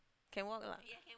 can walk lah